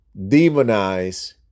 demonize